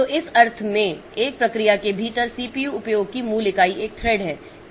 तो इस अर्थ में एक प्रक्रिया के भीतर सीपीयू उपयोग की मूल इकाई एक थ्रेड है